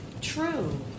True